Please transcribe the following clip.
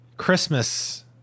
christmas